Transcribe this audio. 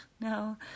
No